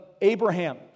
Abraham